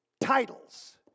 titles